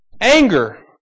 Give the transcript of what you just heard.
anger